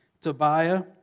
Tobiah